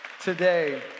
today